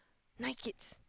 nine kids